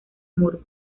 muro